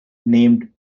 named